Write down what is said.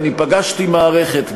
אני פגשתי מערכת,